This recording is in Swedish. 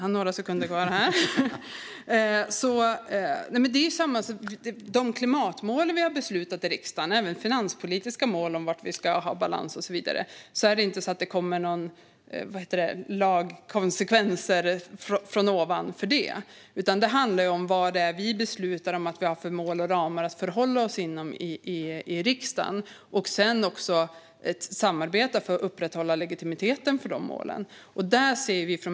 När det gäller de klimatmål vi har beslutat om i riksdagen och även de finanspolitiska målen om var vi ska ha balans och så vidare kommer det inte att komma några lagkonsekvenser från ovan bara för det. Det handlar om vilka mål och ramar vi i riksdagen beslutar om att vi ska förhålla oss till. Det handlar också om samarbete för att upprätthålla legitimiteten för de målen.